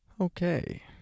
Okay